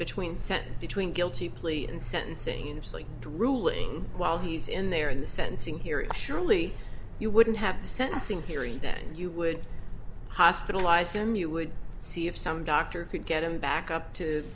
between set between guilty plea and sentencing drooling while he's in there in the sentencing hearing surely you wouldn't have the sentencing hearing that you would hospitalized him you would see if some doctor could get him back up to